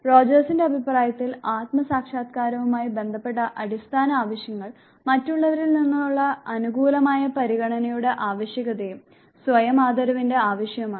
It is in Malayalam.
റോജേഴ്സിന്റെ അഭിപ്രായത്തിൽ ആത്മ സാക്ഷാത്കാരവുമായി ബന്ധപ്പെട്ട അടിസ്ഥാന ആവശ്യങ്ങൾ മറ്റുള്ളവരിൽ നിന്നുള്ള അനുകൂലമായ പരിഗണനയുടെ ആവശ്യകതയും സ്വയം ആദരവിന്റെ ആവശ്യവുമാണ്